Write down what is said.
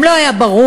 גם לא היה ברור,